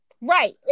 Right